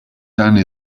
only